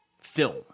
film